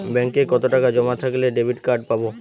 ব্যাঙ্কে কতটাকা জমা থাকলে ডেবিটকার্ড পাব?